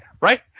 Right